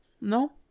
No